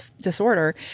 disorder